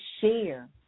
share